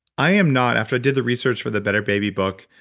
i am not, after i did the research with the better baby book,